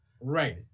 Right